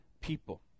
people